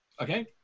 Okay